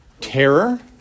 Terror